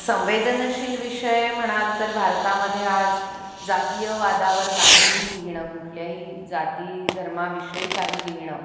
संवेदनशील विषय म्हणाल तर भारतामध्ये आज जातीयवादावर काहीही लिहिणं कुठल्याही जाती धर्माविषयी काही लिहिणं